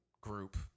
group